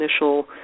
initial